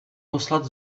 poslat